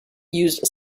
used